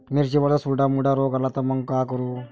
मिर्चीवर जर चुर्डा मुर्डा रोग आला त मंग का करू?